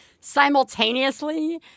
simultaneously